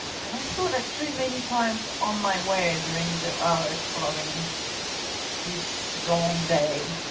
and i saw that tree many times on my way during the hours following this long day.